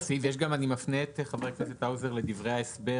אני מפנה את חבר הכנסת האוזר לדברי ההסבר